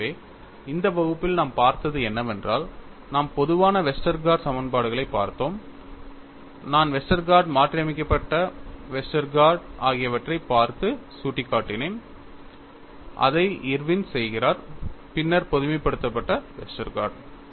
எனவே இந்த வகுப்பில் நாம் பார்த்தது என்னவென்றால் நாம் பொதுவான வெஸ்டர்கார்ட் சமன்பாடுகளைப் பார்த்தோம் நான் வெஸ்டர்கார்ட் மாற்றியமைக்கப்பட்ட வெஸ்டர்கார்ட் ஆகியவற்றைப் பார்த்து சுட்டிக்காட்டினேன் அதை இர்வின் செய்கிறார் பின்னர் பொதுமைப்படுத்தப்பட்ட வெஸ்டர்கார்ட்